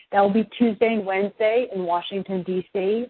that'll be tuesday and wednesday in washington, dc,